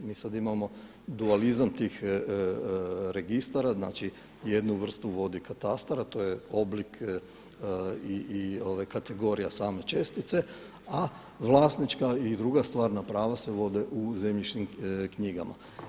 Mi sada imamo dualizam tih registara, znači jednu vrstu vodi katastar, a to je oblik i kategorija same čestice, a vlasnička i druga stvarna prava se vode u zemljišnim knjigama.